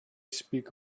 speak